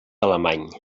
alemany